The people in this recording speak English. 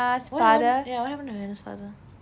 what happen ya what happened to hannah's father